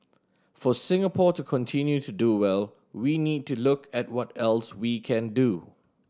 for Singapore to continue to do well we need to look at what else we can do